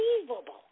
Unbelievable